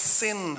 sin